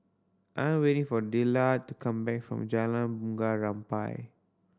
I'm waiting for Dillard to come back from Jalan Bunga Rampai